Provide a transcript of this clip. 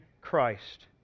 Christ